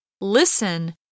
Listen